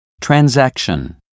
transaction